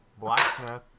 Blacksmith